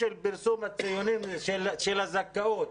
פרסום הציונים והזכאות